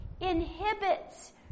inhibits